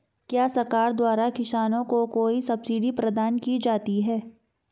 क्या सरकार द्वारा किसानों को कोई सब्सिडी प्रदान की जाती है?